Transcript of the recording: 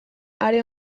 are